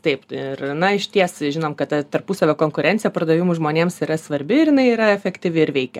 taip ir na išties žinom kad ta tarpusavio konkurencija pardavimų žmonėms yra svarbi ir jinai yra efektyvi ir veikia